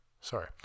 Sorry